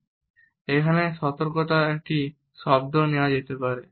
এখন এখানে সতর্কতার একটি শব্দ দেওয়া যেতে পারে